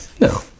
No